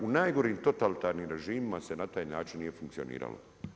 U najgorim totalitarnim režimima se na taj način nije funkcioniralo.